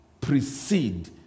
precede